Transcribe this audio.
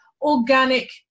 organic